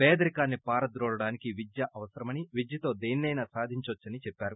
పేదరికాన్ని పారద్రోలడానికి విద్య అవసరమని విద్యతో దేనిసైనా సాధించవచ్చు అని చెవ్చారు